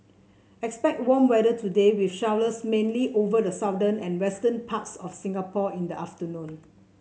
expect warm weather today with showers mainly over the southern and western parts of Singapore in the afternoon